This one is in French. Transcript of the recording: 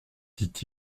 dit